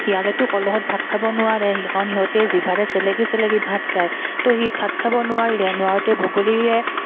শিয়ালেতো কলহত ভাত খাব নোৱাৰে স কাৰণ সিহঁতে জিভাৰে চেলেকি চেলেকি ভাত খায় ত' সি ভাত খাব নোৱাৰিলে নোৱাৰোঁতে বগলীয়ে